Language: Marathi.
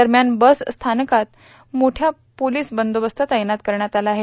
दरम्यान बस स्थानकात मोठा पोलीस बंदोबस्त तैनात करण्यात आला आहे